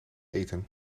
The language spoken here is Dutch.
eten